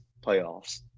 playoffs